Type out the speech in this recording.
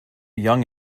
young